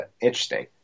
interesting